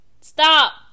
stop